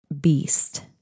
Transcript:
beast